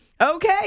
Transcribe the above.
Okay